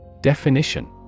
Definition